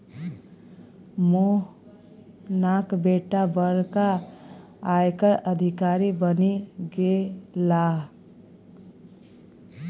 मोहनाक बेटा बड़का आयकर अधिकारी बनि गेलाह